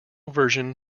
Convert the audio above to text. version